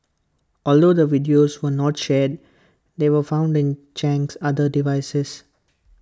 although the videos were not shared they were found in Chang's other devices